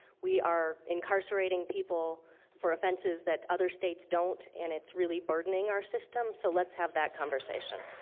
we are incarcerating people for offenses that other states don't. and it's really burdening our system. so let's have that conversation.